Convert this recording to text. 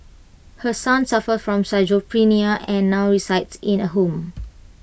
her son suffers from schizophrenia and now resides in A home